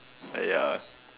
ya